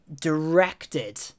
directed